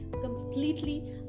completely